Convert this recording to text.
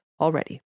already